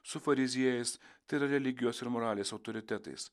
su fariziejais tai yra religijos ir moralės autoritetais